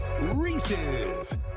Reese's